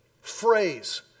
phrase